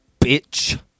Bitch